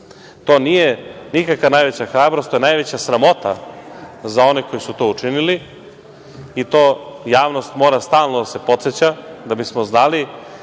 To nije nikakva najveća hrabrost, to je najveća sramota za one koji su to učinili i to javnost mora stalno da se podseća, da bismo znali